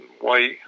white